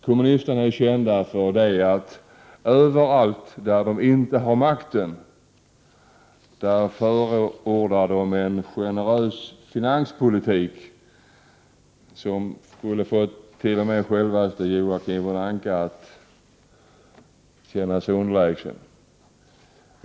Kommunisterna är kända för att de överallt där de inte har makten förordar en generös finanspolitik, som skulle få t.o.m. självaste Joakim von Anka att känna sig underlägsen.